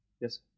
Yes